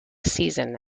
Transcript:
season